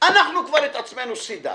אנחנו כבר את עצמנו סידרנו,